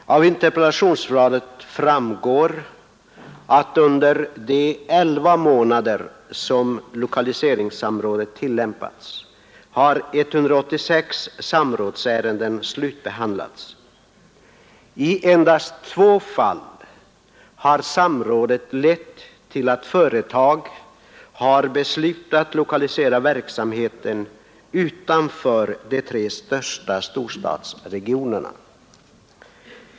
Av interpellationssvaret framgår att under de 11 månader som lokaliseringssamrådet tillämpats har 186 samrådsärenden slutbehandlats. I endast två fall har samrådet lett till att företag har beslutat lokalisera verksamheten utanför de tre största storstadsregionerna.